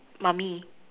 mummy